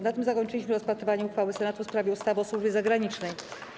Na tym zakończyliśmy rozpatrywanie uchwały Senatu w sprawie ustawy o służbie zagranicznej.